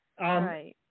Right